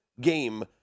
game